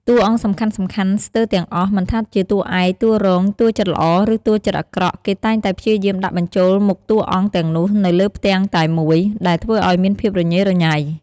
តួអង្គសំខាន់ៗស្ទើរទាំងអស់ មិនថាជាតួឯក តួរង តួចិត្តល្អ ឬតួចិត្តអាក្រក់ គេតែងតែព្យាយាមដាក់បញ្ចូលមុខតួអង្គទាំងនោះនៅលើផ្ទាំងតែមួយ ដែលធ្វើឲ្យមានភាពរញ៉េរញ៉ៃ។